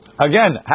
Again